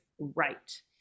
right